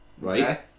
right